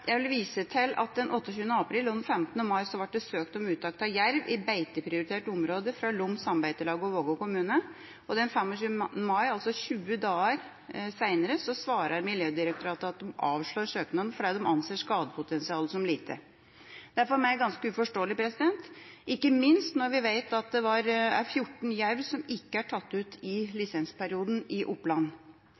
Jeg vil vise til at det den 28. april og den 15. mai ble søkt om uttak av jerv i beiteprioritert område fra Lom Sambeitelag og Vågå kommune. Den 25. mai, altså tjue dager senere, svarte Miljødirektoratet at de avslår søknaden fordi de anser skadepotensialet som lite. Det er for meg ganske uforståelig, ikke minst når vi vet at det er 14 jerv som ikke er tatt ut i lisensperioden, i Oppland.